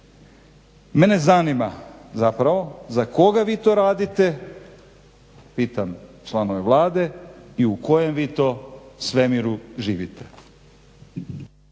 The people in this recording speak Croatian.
Mene zanima zapravo za koga vi to radite, pitam članove Vlade i u kojem vi to svemiru živite?